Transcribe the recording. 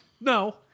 No